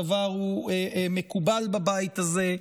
הדבר מקובל בבית הזה,